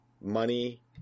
money